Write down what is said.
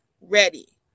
ready